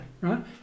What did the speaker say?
right